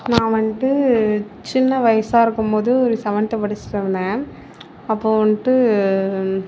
நான் வந்துட்டு சின்ன வயசாக இருக்கும்போது ஒரு செவன்த்து படிச்சுகிட்டு இருந்தேன் அப்போது வந்துட்டு